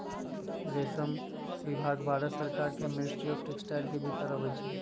रेशम विभाग भारत सरकार के मिनिस्ट्री ऑफ टेक्सटाइल के भितर अबई छइ